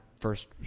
first